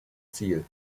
ziel